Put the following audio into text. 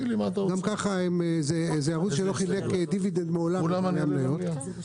זה ערוץ שלא חילק דיבידנד מעולם לבעלי המניות.